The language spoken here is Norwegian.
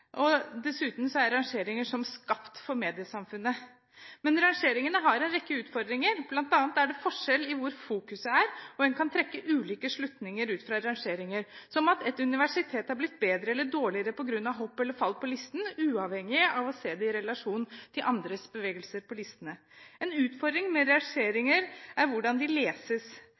dette. Dessuten er rangeringer som skapt for mediesamfunnet. Men rangeringene har en rekke utfordringer. Blant annet er det forskjell på hvor fokuset er, og en kan trekke ulike slutninger ut fra rangeringer, som at et universitet har blitt bedre eller dårligere på grunn av hopp eller fall på listen, uavhengig av å se det i relasjon til andres bevegelser på listen. En utfordring med rangeringer er hvordan de leses.